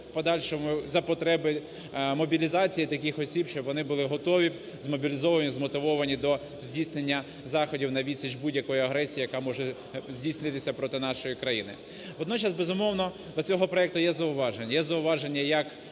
за потреби мобілізації таких осіб, щоб вони були готові, змобілізовані, змотивовані до здійснення заходів на відсіч будь-якої агресії, яка може здійснитися проти нашої країни. Водночас, безумовно, до цього проекту є зауваження. Є